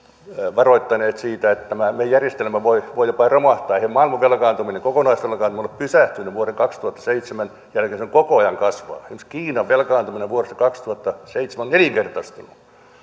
varoittaneet siitä että tämä meidän järjestelmä voi voi jopa romahtaa maailman velkaantuminen kokonaisvelkaantuminen ei ole pysähtynyt vuoden kaksituhattaseitsemän jälkeen se on koko ajan kasvanut esimerkiksi kiinan velkaantuminen vuodesta kaksituhattaseitsemän on nelinkertaistunut